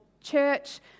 church